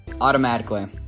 automatically